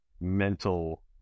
mental